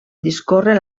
discorre